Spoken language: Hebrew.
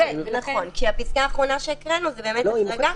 כי הפסקה האחרונה שהקראנו הוחרגה,